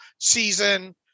season